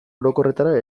orokorretara